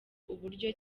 uburyo